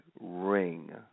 Ring